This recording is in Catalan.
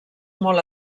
molt